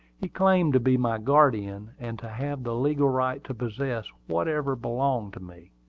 he claimed to be my guardian, and to have the legal right to possess whatever belonged to me.